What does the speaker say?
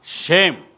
Shame